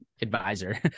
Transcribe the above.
advisor